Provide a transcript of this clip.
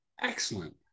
Excellent